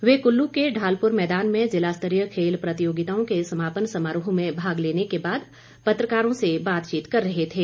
वे कुल्लू के ढालपुर मैदान में जिला स्तरीय खेल प्रतियोगिताओं के समापन समारोह में भाग लेने के बाद पत्रकारों से बातचीत कर रहे थे